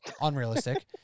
unrealistic